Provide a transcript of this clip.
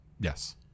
yes